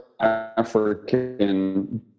african